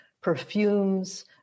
perfumes